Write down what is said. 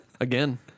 Again